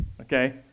okay